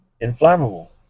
Inflammable